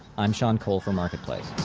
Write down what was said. i'm sean cole for marketplace